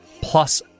plus